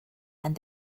and